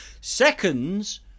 seconds